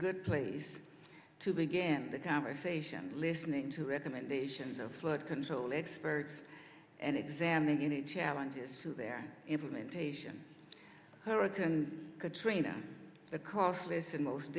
good place to begin the conversation listening to recommendations of flood control experts and examining any challenges to their implementation her return katrina the cost listen most